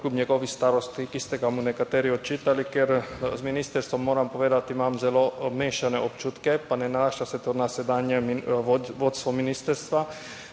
ki ste ga mu nekateri očitali, ker z ministrstvom, moram povedati, imam zelo mešane občutke, pa ne nanaša se tudi na sedanje vodstvo ministrstva.